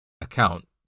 account